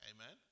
Amen